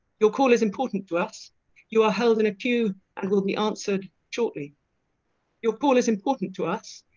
your call is important to us you are held in a queue and will be answered shortly your call is important to us.